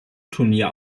turnier